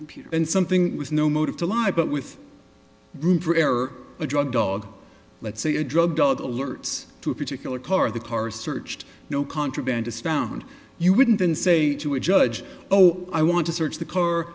computer and something with no motive to lie but with room for error a drug dog let's say a drug dog alerts to a particular car the car searched no contraband despond you wouldn't then say to a judge oh i want to search the car